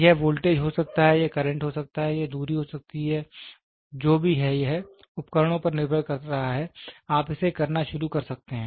यह वोल्टेज हो सकता है यह करंट हो सकता है यह दूरी हो सकता है जो भी है यह उपकरणों पर निर्भर कर रहा है आप इसे करना शुरू कर सकते हैं